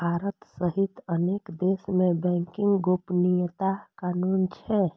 भारत सहित अनेक देश मे बैंकिंग गोपनीयता कानून छै